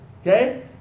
Okay